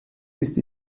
ist